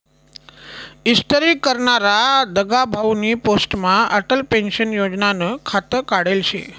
इस्तरी करनारा दगाभाउनी पोस्टमा अटल पेंशन योजनानं खातं काढेल शे